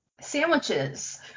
Sandwiches